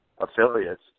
affiliates